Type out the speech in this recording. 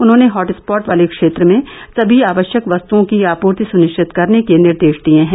उन्होंने हॉटस्पॉट वाले क्षेत्र में सभी आवश्यक वस्तुओं की आपूर्ति सुनिश्चित करने के निर्देश दिए हैं